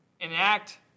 enact